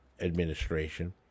Administration